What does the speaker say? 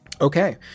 okay